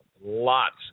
lots